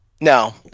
No